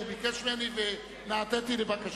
הוא ביקש ממני, ונעניתי לבקשתו.